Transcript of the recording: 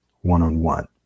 one-on-one